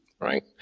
right